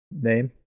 Name